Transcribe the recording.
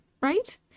right